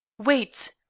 wait!